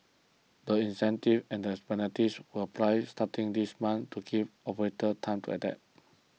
the incentives and penalties will apply starting this month to give operators time to adapt